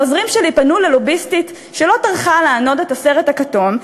העוזרים שלי פנו ללוביסטית שלא טרחה לענוד את הסרט הכתום,